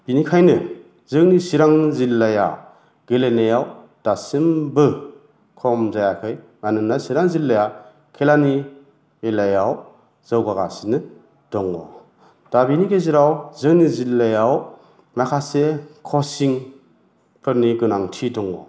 बिनिखायनो जोंनि चिरां जिल्लाया गेलेनायाव दासिमबो खम जायाखै मानोना चिरां जिल्लाया खेलानि बेलायाव जौगागासिनो दङ दा बिनि गेजेराव जोंनि जिल्लायाव माखासे कसिंफोरनि गोनांथि दं